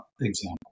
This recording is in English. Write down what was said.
example